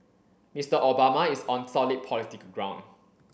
Mister Obama is on solid political ground